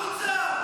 החוצה.